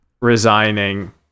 resigning